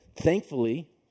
Thankfully